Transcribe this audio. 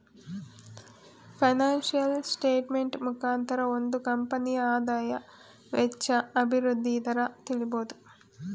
financial statement ಮುಖಾಂತರ ಒಂದು ಕಂಪನಿಯ ಆದಾಯ, ವೆಚ್ಚ, ಅಭಿವೃದ್ಧಿ ದರ ತಿಳಿಬೋದು